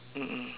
mm mm